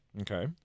okay